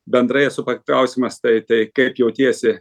bendrai esu paklausiamas tai tai kaip jautiesi